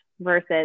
versus